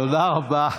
תודה רבה.